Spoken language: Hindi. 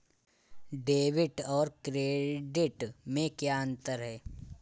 डेबिट और क्रेडिट में क्या अंतर है?